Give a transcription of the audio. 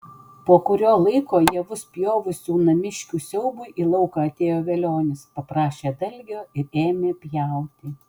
po kurio laiko javus pjovusių namiškių siaubui į lauką atėjo velionis paprašė dalgio ir ėmė pjauti